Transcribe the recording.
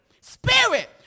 spirit